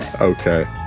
Okay